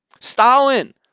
Stalin